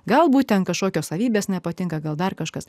galbūt ten kažkokios savybės nepatinka gal dar kažkas